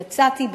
יצאתי,